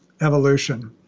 evolution